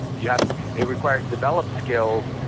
yet it requires developed skills,